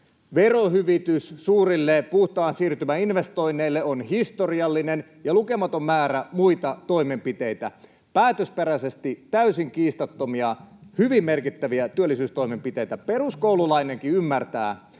Verohyvitys suurille puhtaan siirtymän investoinneille on historiallinen, ja on lukematon määrä muita toimenpiteitä, päätösperäisesti täysin kiistattomia, hyvin merkittäviä työllisyystoimenpiteitä. Peruskoululainenkin ymmärtää,